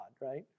right